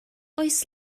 oes